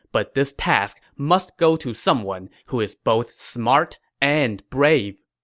but this task must go to someone who is both smart and brave.